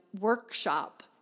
workshop